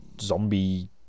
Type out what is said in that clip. zombie